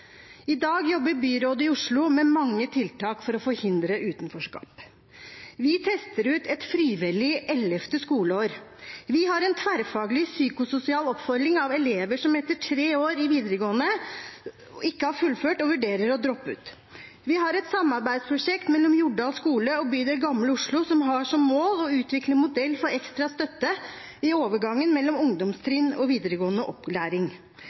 i områdesatsingene? I dag jobber byrådet i Oslo med mange tiltak for å forhindre utenforskap: Vi tester ut et frivillig ellevte skoleår. Vi har en tverrfaglig psykososial oppfølging av elever som etter tre år i videregående skole ikke har fullført og vurderer å droppe ut. Vi har et samarbeidsprosjekt mellom Jordal skole og bydel Gamle Oslo, som har som mål å utvikle en modell for ekstra støtte i overgangen mellom ungdomstrinn og videregående opplæring.